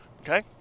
Okay